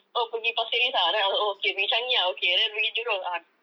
oh pergi pasir ris then I oh pergi changi okay then pergi jurong ah I